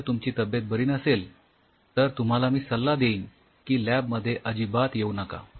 जर तुमची तब्येत बरी नसेल तर तुम्हाला मी सल्ला देईन की लॅब मध्ये अजिबात येऊ नका